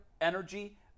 energy